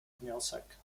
wniosek